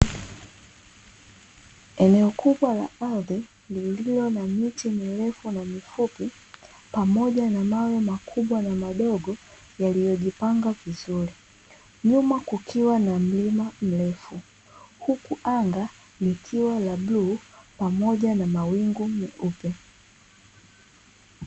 Eneo kubwa la ardhi lililo na miti mirefu na mifupi pamoja na mawe makubwa na madogo yaliyojipanga vizuri. Nyuma kukiwa na mlima mrefu, huku anga likiwa la bluu pamoja na mawingu meupe.